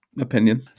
opinion